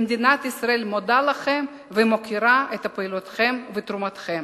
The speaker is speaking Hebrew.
מדינת ישראל מודה לכם ומוקירה את פעילותכם ותרומתכם.